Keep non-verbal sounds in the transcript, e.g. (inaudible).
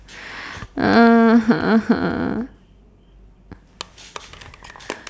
(noise)